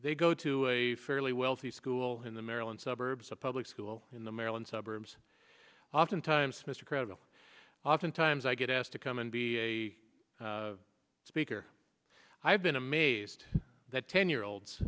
they go to a fairly wealthy school in the maryland suburbs a public school in the maryland suburbs often times mr credible often times i get asked to come and be a speaker i've been amazed that ten year olds